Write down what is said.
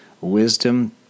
wisdom